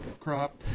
crop